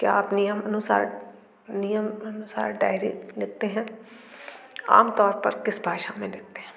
क्या आप नियम अनुसार नियम अनुसार डैइरी लिखते हैं आम तौर पर किस भाषा में लिखते हैं